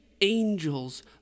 angels